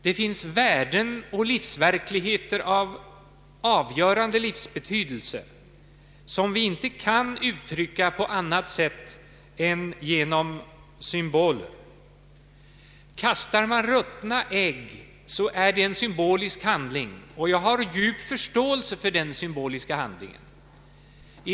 Det finns värden och livsverkligheter av livsavgörande betydelse som vi inte kan uttrycka på annat sätt än genom symboler. Kastar man ruttna ägg, är det en symbolisk handling, och jag har djup förståelse för de symboliska uttrycken i denna i övrigt bizarra aktivitet.